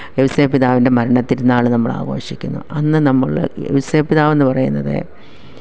ഔസേപ്പ് പിതാവിൻ്റെ മരണത്തിരുനാള് നമ്മളാഘോഷിക്കുന്നു അന്ന് നമ്മൾ ഔസേപ്പ് പിതാവെന്ന് പറയുന്നത്